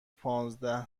پانزده